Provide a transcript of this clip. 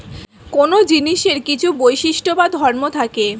কোন জিনিসের কিছু বৈশিষ্ট্য বা ধর্ম থাকে